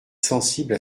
sensible